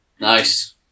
Nice